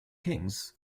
kings